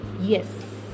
Yes